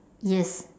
yes